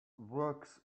works